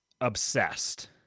obsessed